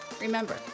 remember